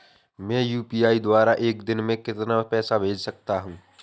मैं यू.पी.आई द्वारा एक दिन में कितना पैसा भेज सकता हूँ?